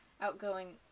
outgoing